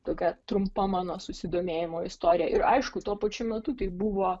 tokia trumpa mano susidomėjimo istorija ir aišku tuo pačiu metu tai buvo